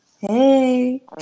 Hey